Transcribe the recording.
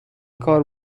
کار